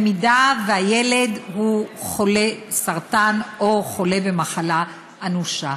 הילד הוא חולה סרטן או חולה במחלה אנושה.